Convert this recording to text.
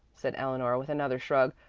said eleanor with another shrug.